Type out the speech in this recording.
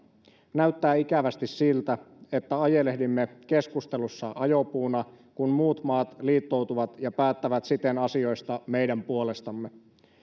näyttää ikävästi siltä että ajelehdimme keskustelussa ajopuuna kun muut maat liittoutuvat ja päättävät siten asioista meidän puolestamme